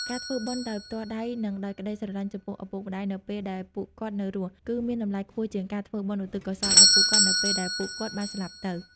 ការធ្វើបុណ្យដោយផ្ទាល់ដៃ និងដោយក្តីស្រឡាញ់ចំពោះឪពុកម្តាយនៅពេលដែលពួកគាត់នៅរស់ គឺមានតម្លៃខ្ពស់ជាងការធ្វើបុណ្យឧទ្ទិសកុសលឲ្យពួកគាត់នៅពេលដែលពួកគាត់បានស្លាប់ទៅ។